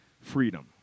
freedom